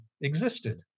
existed